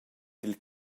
dil